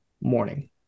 morning